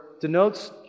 denotes